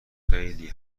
خیلی